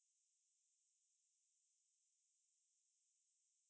你要站八个小时你要走